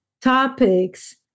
topics